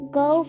go